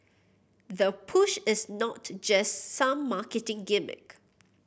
the push is not just some marketing gimmick